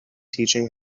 teaching